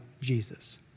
Jesus